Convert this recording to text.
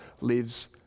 lives